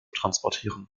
transportieren